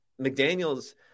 McDaniel's